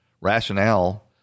rationale